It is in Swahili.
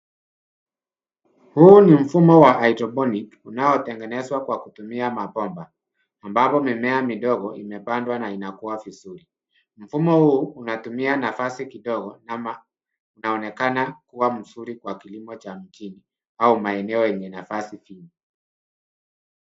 Huu ni mfumo wa haidroponiki unaotegenezwa kwa kutumia mabomba ambapo mimea midogo imepandwa na inakua vizuri. Mfumo huu unatumia nafasi kidogo ama unaonekana kuwa mzuri kwa kilimo cha mjini au maeneo yenye nafasi chini.